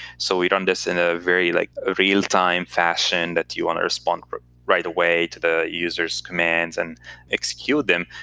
so we run this in a very like ah real-time fashion, that you want to respond right away to the user's commands and execute them.